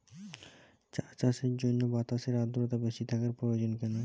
চা চাষের জন্য বাতাসে আর্দ্রতা বেশি থাকা প্রয়োজন কেন?